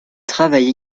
travaille